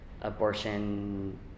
abortion